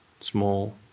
small